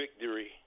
victory